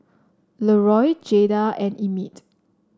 Leroy Jayda and Emit